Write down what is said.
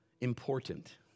important